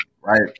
right